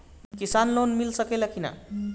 किसान लोन मिल सकेला कि न?